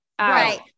right